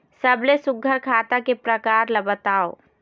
सबले सुघ्घर खाता के प्रकार ला बताव?